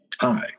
Hi